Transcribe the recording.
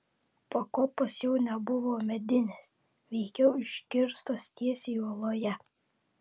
pakopos jau nebuvo medinės veikiau iškirstos tiesiai uoloje